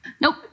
Nope